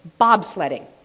bobsledding